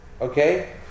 Okay